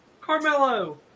Carmelo